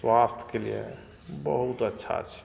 स्वास्थके लिए बहुत अच्छा छै